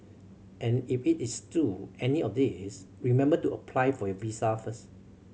and if it is to any of these remember to apply for your visa first